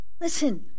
listen